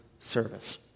service